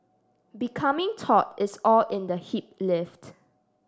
becoming taut is all in the hip lift